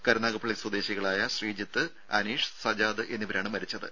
കരുനാഗപ്പള്ളി സ്വദേശികളായ ശ്രീജിത്ത് അനീഷ് സജാദ് എന്നിവരാണ് മരിച്ചത്